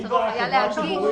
אם זו הייתה חברה ציבורית,